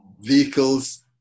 vehicles